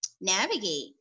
navigate